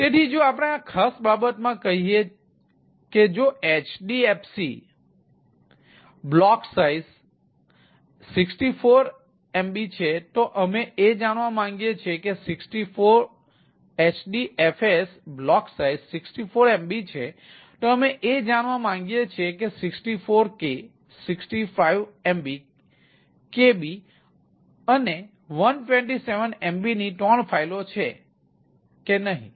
તેથી જો આપણે આ ખાસ બાબતમાં કહીએ કે જો HDFC બ્લોક સાઇઝ 64 MB છે તો અમે એ જાણવા માંગીએ છીએ કે 64K 65MB Kb અને 127 MB ની ત્રણ ફાઇલો છે કે નહીં